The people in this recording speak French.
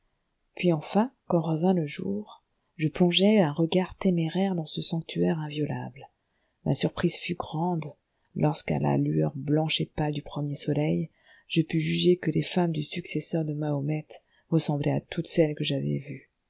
puis enfin quand revint le jour je plongeai un regard téméraire dans ce sanctuaire inviolable ma surprise fut grande lorsqu'à la lueur blanche et pâle du premier soleil je pus juger que les femmes du successeur de mahomet ressemblaient à toutes celles que j'avais vues